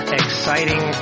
exciting